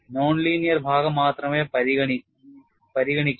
non linear ഭാഗം മാത്രമേ പരിഗണിക്കൂ